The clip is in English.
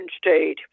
state